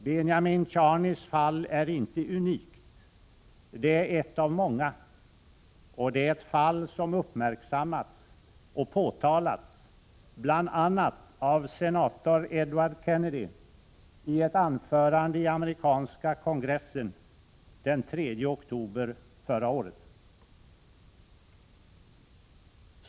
Benjamin Charnys fall är inte unikt, det är ett av många och det är ett fall som uppmärksammats och påtalats bl.a. av senator Edward Kennedy i ett anförande i amerikanska kongressen den 3 oktober förra året.